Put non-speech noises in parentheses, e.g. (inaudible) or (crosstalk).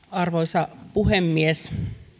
(unintelligible) arvoisa puhemies me